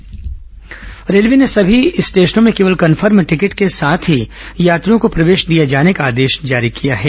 railway station प्रवेश railway ने सभी स्टेशनों में केवल कंफर्म टिकट के साथ ही यात्रियों को प्रवेश दिए जाने का आदेश जारी किया है